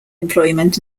employment